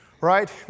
Right